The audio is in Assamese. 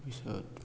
তাৰপিছত